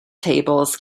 tables